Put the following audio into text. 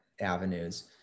avenues